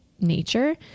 nature